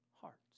hearts